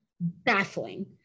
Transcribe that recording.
baffling